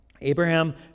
Abraham